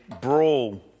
brawl